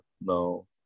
No